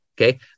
Okay